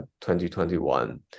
2021